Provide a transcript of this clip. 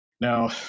Now